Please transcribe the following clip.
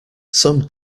some